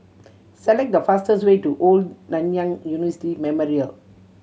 select the fastest way to Old Nanyang University Memorial